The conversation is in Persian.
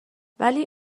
ولی